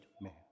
man